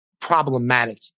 problematic